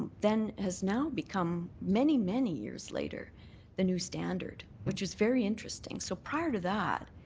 then has now become many, many years later the new standard, which was very interesting. so prior to that,